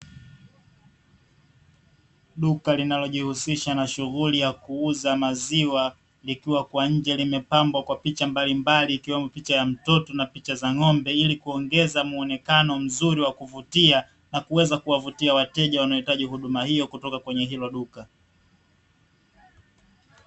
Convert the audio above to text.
Duka linalojihusisha na shughuli ya kuuza maziwa, likiwa kwa nje limepambwa kwa picha mbalimbali ikiwemo picha ya mtoto na picha za ng''ombe, ili kuongeza mwonekano mzuri wa kuvutia na kuweza kuwavutia wateja wanaohitaji huduma hiyo kutoka kwenye hilo duka.